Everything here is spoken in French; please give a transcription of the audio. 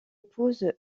épouse